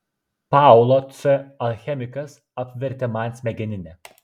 paulo c alchemikas apvertė man smegeninę